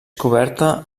coberta